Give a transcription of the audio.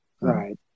right